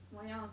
我要